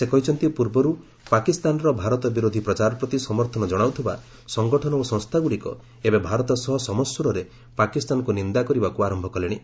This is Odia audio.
ସେ କହିଛନ୍ତି ପୂର୍ବରୁ ପାକିସ୍ତାନର ଭାରତ ବିରୋଧି ପ୍ରଚାର ପ୍ରତି ସମର୍ଥନ କଣାଉଥିବା ସଙ୍ଗଠନ ଓ ସଂସ୍ଥାଗୁଡ଼ିକ ଏବେ ଭାରତ ସହ ସମସ୍ୱରରେ ପାକିସ୍ତାନକୁ ନିନ୍ଦା କରିବା ଆରମ୍ଭ କଲେଣି